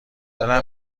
دلم